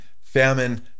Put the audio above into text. famine